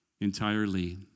entirely